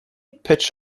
pitch